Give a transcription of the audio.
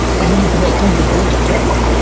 but you need to know who you're doing it with.